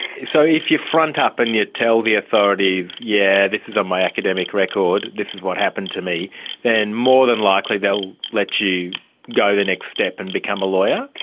so if you front up and you tell the authorities, yeah, this is on my academic record, this is what happened to me then more than likely they will let you go the next step and become a lawyer?